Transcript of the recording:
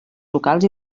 locals